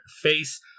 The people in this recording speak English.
face